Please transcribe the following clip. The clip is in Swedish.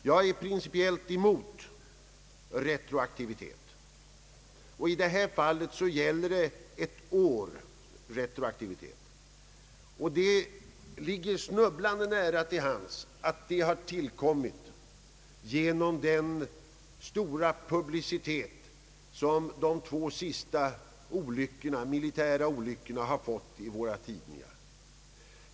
Jag är principiellt emot retroaktivitet, och i detta fall gäller det ett års retroaktivitet. Det ligger snubblande nära till hands att förmoda att detta förslag tillkommit på grund av den stora publicitet som de två senaste militära olyckorna fått i våra tidningar.